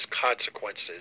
consequences